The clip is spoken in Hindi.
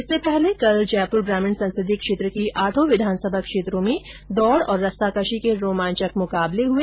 इससे पहले कल जयपुर ग्रामीण संसदीय क्षेत्र की आठों विधानसभा क्षेत्रों में दौड़ और रस्साकशी के रोमांचक मुकाबले हुए